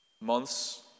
months